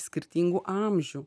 skirtingų amžių